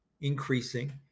increasing